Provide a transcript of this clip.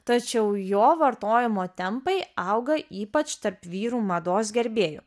tačiau jo vartojimo tempai auga ypač tarp vyrų mados gerbėjų